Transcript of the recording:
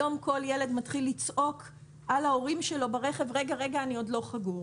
היום כל ילד מתחיל לצעוק על ההורים שלו ברכב שהוא עוד לא חגור.